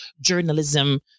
journalism